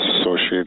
associate